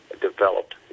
developed